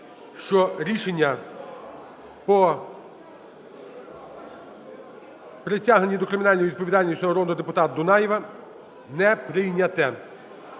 що рішення по притягненню до кримінальної відповідальності народного депутата Дунаєва не прийнято.